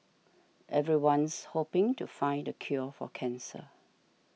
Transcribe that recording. everyone's hoping to find the cure for cancer